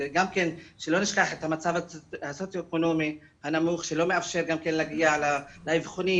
בנוסף שלא נשכח את המצב הסוציו אקונומי הנמוך שלא מאפשר להגיע לאבחונים.